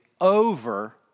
over